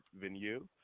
venue